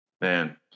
Man